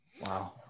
Wow